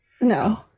No